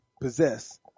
possess